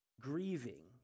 Grieving